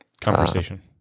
Conversation